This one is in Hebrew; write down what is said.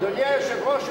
אדוני היושב-ראש,